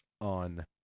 on